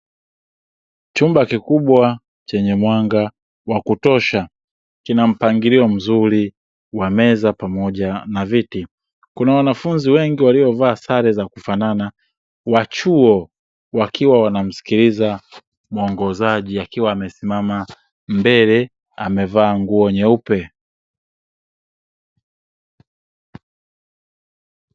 Chumba kikubwa chenye mwanga wa kutosha kina mpangilio mzuri wa meza pamoja na viti, kuna wanafunzi wengi waliovaa sare za kufanana wa chuo wakiwa wanamsikiliza muongozaji akiwa amesimama mbele amevaa nguo nyeupe.